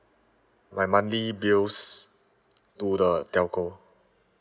my monthly bills to the telco